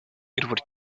would